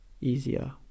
easier